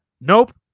Nope